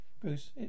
Bruce